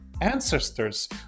ancestors